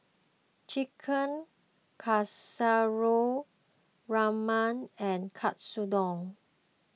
Chicken Casserole Rajma and Katsudon